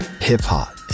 Hip-hop